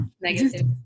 negative